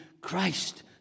Christ